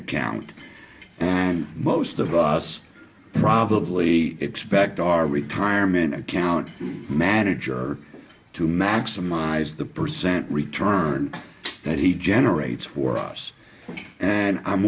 account and most of us probably expect our retirement account manager to maximize the percent return that he generates for us and i'm